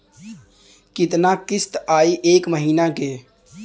कितना किस्त आई एक महीना के?